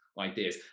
ideas